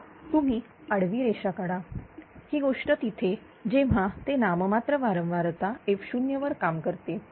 तर तुम्ही आडवी रेषा काढा ही गोष्ट तिथे जेव्हा ते नाममात्र वारंवारता fo वर काम करते